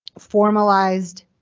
formalized.